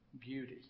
beauty